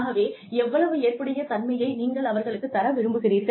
ஆகவே எவ்வளவு ஏற்புடைய தன்மையை நீங்கள் அவர்களுக்கு தர விரும்புகிறீர்கள்